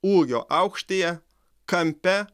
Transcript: ūgio aukštyje kampe